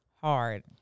hard